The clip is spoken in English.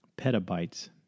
petabytes